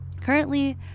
currently